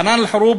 חנאן אל-חרוב,